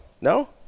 No